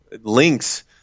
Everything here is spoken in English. Links